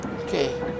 Okay